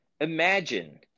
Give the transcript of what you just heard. Imagine